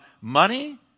money